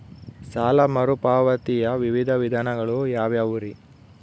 ಸಾಲ ಮರುಪಾವತಿಯ ವಿವಿಧ ವಿಧಾನಗಳು ಯಾವ್ಯಾವುರಿ?